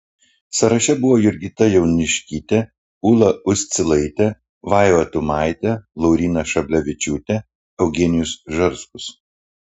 sąraše buvo jurgita jauniškytė ūla uscilaitė vaiva tumaitė lauryna šablevičiūtė eugenijus žarskus